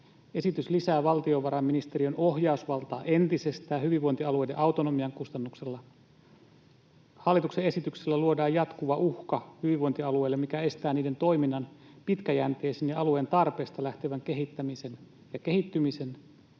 esitys lisää valtiovarainministeriön ohjausvaltaa entisestään hyvinvointialueiden autonomian kustannuksella. Hallituksen esityksellä luodaan jatkuva uhka hyvinvointialueille, mikä estää niiden toiminnan pitkäjänteisesti ja alueen tarpeista lähtevän kehittämisen ja kehittymisen,